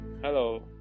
Hello